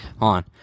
on